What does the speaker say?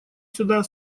сюда